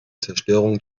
zerstörung